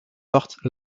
portes